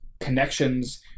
connections